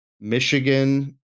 Michigan